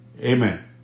Amen